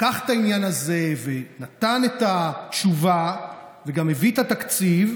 לקח את העניין הזה ונתן את התשובה וגם הביא את התקציב,